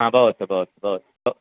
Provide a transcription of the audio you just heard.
ह भवतु भवत् भवत् भव्